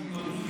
אדוני,